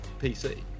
PC